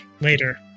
later